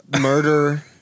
murder